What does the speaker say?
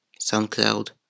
SoundCloud